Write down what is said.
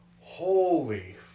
Holy